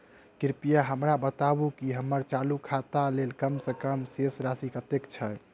कृपया हमरा बताबू की हम्मर चालू खाता लेल कम सँ कम शेष राशि कतेक छै?